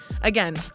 Again